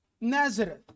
Nazareth